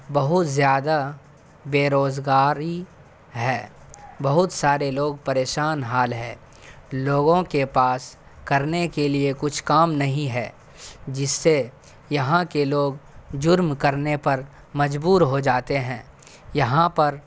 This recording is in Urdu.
بہت زیادہ بے روزگاری ہے بہت سارے لوگ پریشان حال ہے لوگوں کے پاس کرنے کے لیے کچھ کام نہیں ہے جس سے یہاں کے لوگ جرم کرنے پر مجبور ہو جاتے ہیں یہاں پر